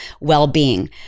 well-being